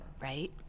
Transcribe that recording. right